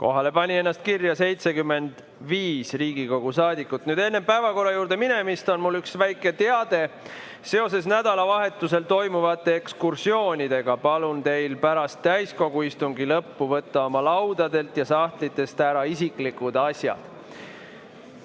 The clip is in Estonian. Kohalolijaks pani ennast kirja 75 Riigikogu saadikut. Enne päevakorra juurde minemist on mul üks väike teade seoses nädalavahetusel toimuvate ekskursioonidega: palun teil pärast täiskogu istungi lõppu võtta oma laudadelt ja sahtlitest ära isiklikud asjad.